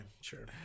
sure